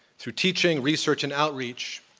through teaching, research, and outreach,